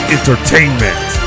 Entertainment